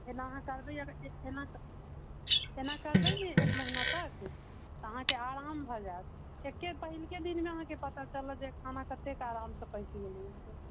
एना अहाँ करबै अगर एना एना करबै ने एक महीना तक तऽ अहाँके आराम भऽ जायत एके पहिलके दिनमे अहाँके पता चलत जे खाना कतेक आरामसँ पचि गेलै से